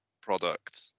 product